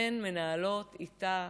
היא נכנסת,